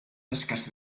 escassa